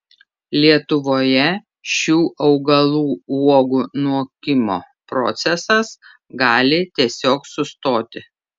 lietuvoje šių augalų uogų nokimo procesas gali tiesiog sustoti